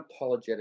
unapologetic